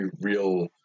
real